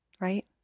right